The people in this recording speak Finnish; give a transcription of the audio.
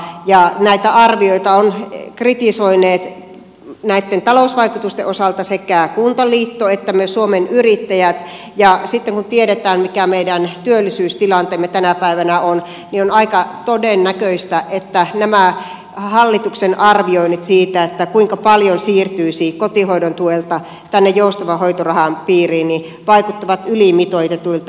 näitä arvioita ovat kritisoineet näitten talousvaikutusten osalta sekä kuntaliitto että myös suomen yrittäjät ja sitten kun tiedetään mikä meidän työllisyystilanteemme tänä päivänä on on aika todennäköistä että nämä hallituksen arvioinnit siitä kuinka paljon siirtyisi kotihoidon tuelta tänne joustavan hoitorahan piiriin vaikuttavat ylimitoitetuilta